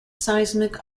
seismic